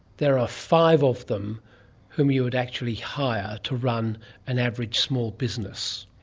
there are five of them whom you would actually hire to run an average small business.